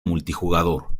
multijugador